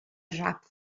nhrap